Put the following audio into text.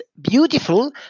beautiful